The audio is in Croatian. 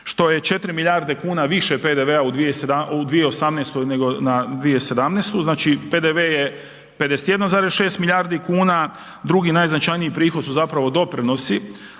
što je 4 milijarde kuna više PDV-a u 2018. nego na 2017. znači, PDV je 51,6 milijardi kuna, drugi najznačajniji prihodi su zapravo doprinosi